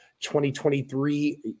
2023